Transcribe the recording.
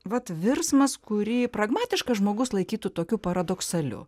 vat virsmas kurį pragmatiškas žmogus laikytų tokiu paradoksaliu